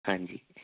ਹਾਂਜੀ